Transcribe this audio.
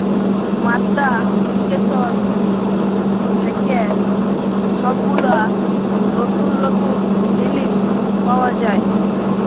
মাদ্দা ইর্রিগেশন থেক্যে সব গুলা লতুল লতুল জিলিস পাওয়া যায়